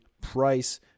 Price